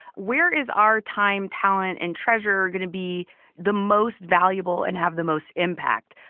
where is our time, talent and treasure going to be the most valuable and have the most impact?